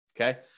Okay